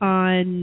on